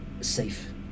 safe